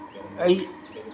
ई